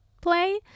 play